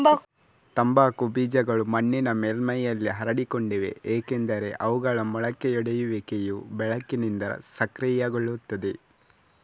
ತಂಬಾಕು ಬೀಜಗಳು ಮಣ್ಣಿನ ಮೇಲ್ಮೈಯಲ್ಲಿ ಹರಡಿಕೊಂಡಿವೆ ಏಕೆಂದರೆ ಅವುಗಳ ಮೊಳಕೆಯೊಡೆಯುವಿಕೆಯು ಬೆಳಕಿನಿಂದ ಸಕ್ರಿಯಗೊಳ್ಳುತ್ತದೆ